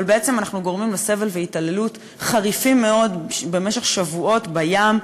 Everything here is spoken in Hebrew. אבל בעצם אנחנו גורמים לסבל והתעללות חריפים מאוד במשך שבועות בים,